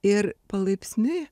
ir palaipsniui